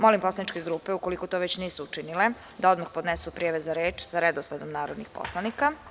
Molim poslaničke grupe, ukoliko to već nisu učinile, da odmah podnesu prijave za reč sa redosledom narodnih poslanika.